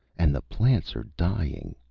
and the plants are dying!